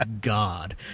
God